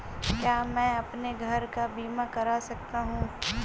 क्या मैं अपने घर का बीमा करा सकता हूँ?